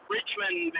Richmond